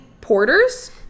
porters